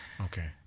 Okay